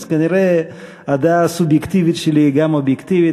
אז כנראה הדעה הסובייקטיבית שלי היא גם אובייקטיבית.